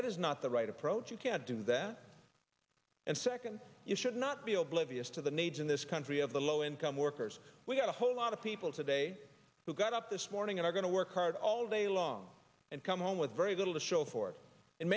that is not the right approach you can't do that and second you should not be oblivious to the needs in this country of the low income workers we've got a whole lot of people today who got up this morning and are going to work hard all day long and come home with very little to show for it in